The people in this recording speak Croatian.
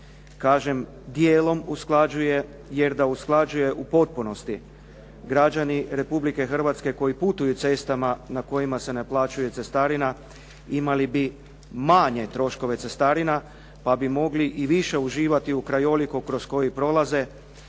Kažem, dijelom usklađuje jer da usklađuje u potpunosti, građani Republike Hrvatske koji putuju cestama na kojima se naplaćuje cestarina, imali bi manje troškove cestarina, pa bi mogli i više uživati u krajoliku kroz koji prolaze,